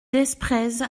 desprez